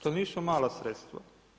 To nisu mala sredstva.